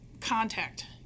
contact